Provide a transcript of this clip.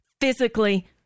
Physically